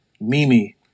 Mimi